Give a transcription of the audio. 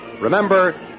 Remember